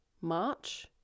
March